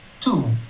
Two